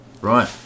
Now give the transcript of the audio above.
Right